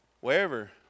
wherever